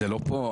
זה לא פה.